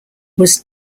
was